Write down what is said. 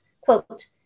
quote